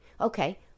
Okay